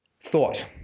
Thought